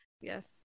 Yes